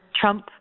Trump